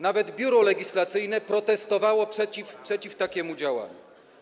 Nawet Biuro Legislacyjne protestowało przeciw takiemu działaniu.